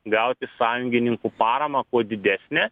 gauti sąjungininkų paramą kuo didesnę